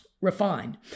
refined